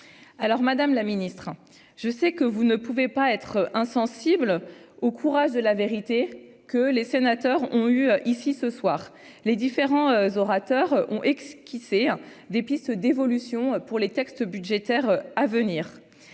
alors Madame la Ministre, je sais que vous ne pouvez pas être insensible au courage de la vérité, que les sénateurs ont eu ici ce soir, les différents orateurs ont ex qui c'est des pistes d'évolution pour les textes budgétaires à venir,